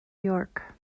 york